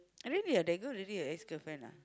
ah really ah that girl really your ex girlfriend ah